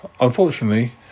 Unfortunately